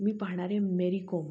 मी पाहणार आहे मेरीकोम